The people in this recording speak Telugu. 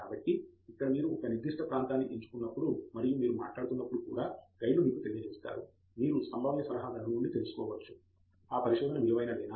కాబట్టి ఇక్కడ మీరు ఒక నిర్దిష్ట ప్రాంతాన్ని ఎంచుకున్నప్పుడు మరియు మీరు మాట్లాడుతున్నప్పుడు కూడా గైడ్లు మీకు తెలియజేస్తారు మీరు సంభావ్య సలహాదారు నుండి తెలుసుకోవచ్చు ఆ పరిశోధన విలువైనదేనా